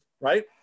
Right